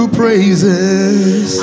praises